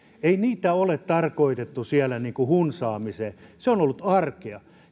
ei niitä ole tarkoitettu hunsaamiseen se on ollut arkea